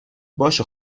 باشه